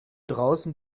draußen